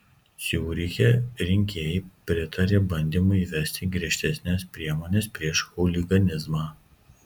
ciuriche rinkėjai pritarė bandymui įvesti griežtesnes priemones prieš chuliganizmą